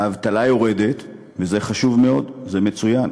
האבטלה יורדת, וזה חשוב מאוד, זה מצוין,